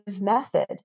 method